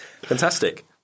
Fantastic